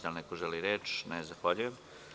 Da li neko želi reč? (Ne) Zahvaljujem.